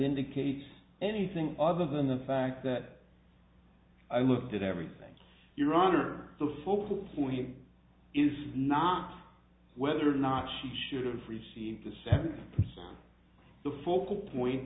indicates anything other than the fact that i looked at everything your honor the focal point is not whether or not she should receive the seventy percent of the focal point